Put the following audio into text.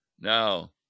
Now